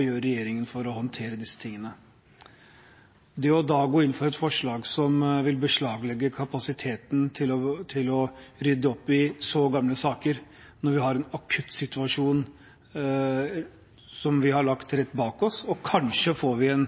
gjør regjeringen for å håndtere disse tingene? Likevel går man inn for et forslag som vil beslaglegge kapasitet til å rydde opp i så gamle saker, når vi har en så akutt situasjon som vi har lagt rett bak oss, og kanskje får vi en